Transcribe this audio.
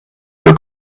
für